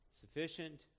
sufficient